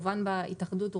בהתאחדות,